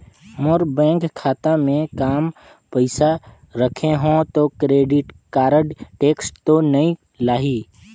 मोर bank खाता मे काम पइसा रखे हो तो क्रेडिट कारड टेक्स तो नइ लाही???